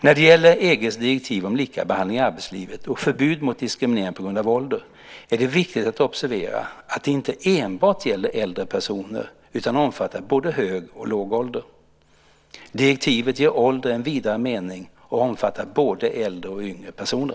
När det gäller EG:s direktiv om likabehandling i arbetslivet och förbud mot diskriminering på grund av ålder är det viktigt att observera att det inte enbart gäller äldre personer utan omfattar både hög och låg ålder. Direktivet ger ålder en vidare mening och omfattar både äldre och yngre personer.